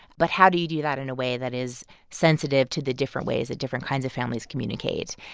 but how do you do that in a way that is sensitive to the different ways that different kinds of families communicate?